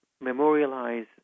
memorialize